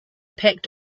pact